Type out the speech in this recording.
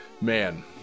man